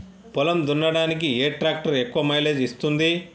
పొలం దున్నడానికి ఏ ట్రాక్టర్ ఎక్కువ మైలేజ్ ఇస్తుంది?